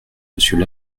monsieur